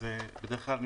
בדרך כלל,